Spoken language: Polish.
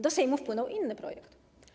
Do Sejmu wpłynął inny projekt.